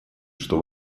что